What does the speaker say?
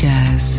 Jazz